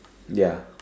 ya